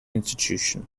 institution